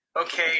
okay